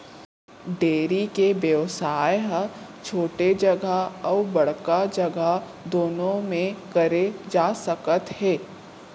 dairy के बेवसाय ह छोटे जघा अउ बड़का जघा दुनों म करे जा सकत हे